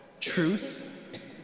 truth